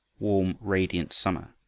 warm, radiant summer,